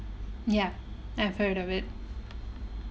ya I've heard of it